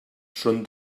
són